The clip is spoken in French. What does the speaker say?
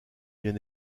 bien